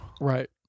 Right